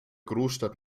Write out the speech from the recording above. großstadt